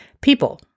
people